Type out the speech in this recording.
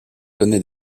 connait